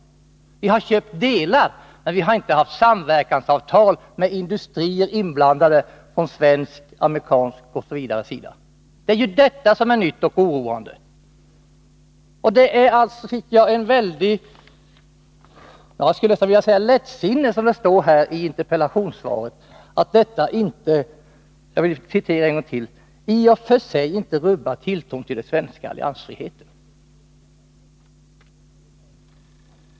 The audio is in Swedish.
Vi har köpt flygplansdelar, men vi har inte haft samverkansavtal mellan svenska industrier och t.ex. amerikanska. Det är detta som är nytt och oroande. Jag skulle vilja säga att det är nästan lättsinnigt att uttrycka det så som försvarsministern gör i interpellationssvaret, att detta ”i och för sig inte rubbar tilltron till den svenska alliansfriheten och neutraliteten”.